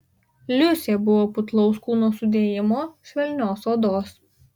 liusė buvo putlaus kūno sudėjimo švelnios odos